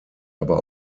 aber